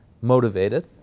motivated